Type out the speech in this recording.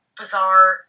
bizarre